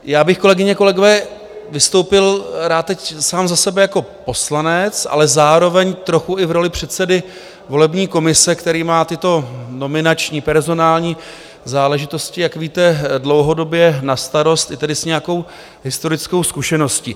Já bych kolegyně, kolegové, vystoupil rád teď sám za sebe jako poslanec, ale zároveň trochu i v roli předsedy volební komise, který má tyto nominační personální záležitosti, jak víte, dlouhodobě na starosti, tedy s nějakou historickou zkušeností.